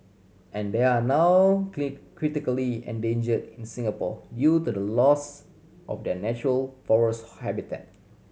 and they are now critically endangered in Singapore due to the loss of their natural forest habitat